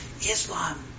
Islam